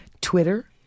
Twitter